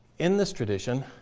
in this tradition,